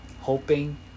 Hoping